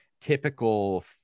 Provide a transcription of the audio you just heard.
typical